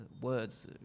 words